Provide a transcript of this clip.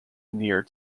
near